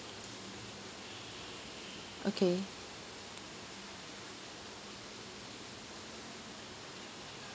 okay